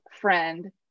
friend